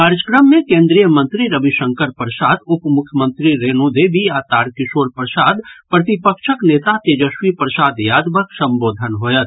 कार्यक्रम मे केन्द्रीय मंत्री रविशंकर प्रसाद उपमुख्यमंत्री रेणु देवी आ तारकिशोर प्रसाद प्रतिपक्षक नेता तेजस्वी प्रसाद यादवक सम्बोधन होयत